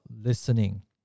listening